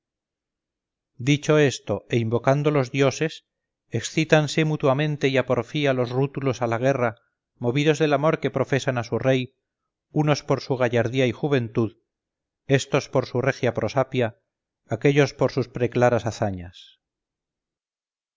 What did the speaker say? dicho esto e invocando los dioses excítanse mutuamente y a porfía los rútulos a la guerra movidos del amor que profesan a su rey unos por su gallardía y juventud estos por su regia prosapia aquellos por sus preclaras hazañas